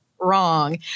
wrong